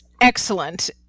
Excellent